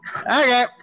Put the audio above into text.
Okay